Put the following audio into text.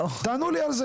תענו לי על זה.